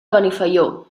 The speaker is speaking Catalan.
benifaió